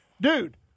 dude